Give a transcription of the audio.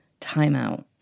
timeout